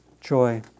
Joy